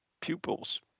pupils